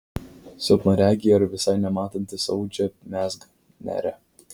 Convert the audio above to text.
silpnaregiai ar visai nematantys audžia mezga neria